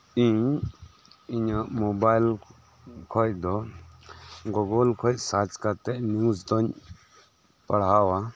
ᱤᱧ ᱤᱧᱟᱹᱜ ᱢᱚᱵᱟᱭᱤᱞ ᱠᱷᱚᱡ ᱫᱚ ᱜᱩᱜᱩᱞ ᱠᱷᱚᱡ ᱥᱟᱡᱽ ᱠᱟᱛᱮᱜ ᱱᱤᱭᱩᱡᱽ ᱫᱚᱧ ᱯᱟᱲᱦᱟᱣᱟ